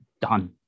done